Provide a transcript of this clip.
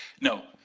no